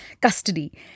Custody